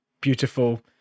beautiful